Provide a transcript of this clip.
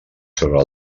sobre